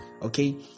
okay